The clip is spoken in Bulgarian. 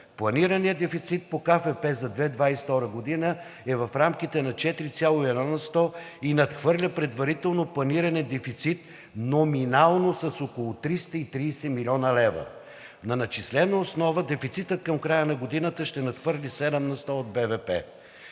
фискална програма за 2022 г. е в рамките на 4,1% и надхвърля предварително планирания дефицит номинално с около 330 млн. лв. На начислена основа дефицитът към края на годината ще надхвърли 7% от